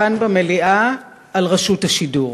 כאן, במליאה, על רשות השידור,